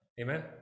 amen